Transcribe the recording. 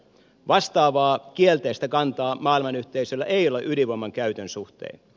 vastaavaa kielteistä kantaa maailmanyhteisöllä ei ole ydinvoiman käytön suhteen